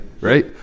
right